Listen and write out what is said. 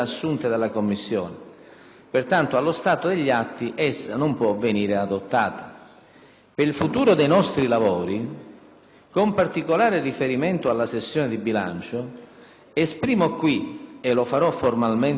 Pertanto, allo stato degli atti, essa non può venire adottata. Per il futuro dei nostri lavori, con particolare riferimento alla sessione di bilancio, esprimo qui - e lo farò formalmente nei prossimi giorni